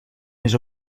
més